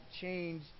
change